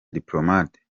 diplomate